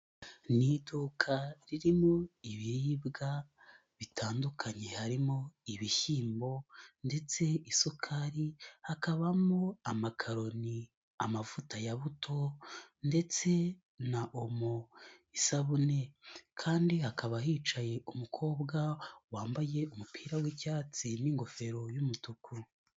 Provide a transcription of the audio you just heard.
Ni iduka ririmo ibiribwa bitandukanye harimo ibishyimbo ndetse isukari, hakabamo amakaroni, amavuta ya buto ndetse na omo, isabune kandi hakaba hicaye umukobwa wambaye umupira w'icyatsi n'ingofero y'umutuku.